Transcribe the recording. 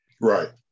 Right